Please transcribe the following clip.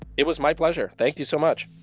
it was my pleasure. thank you so much.